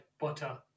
butter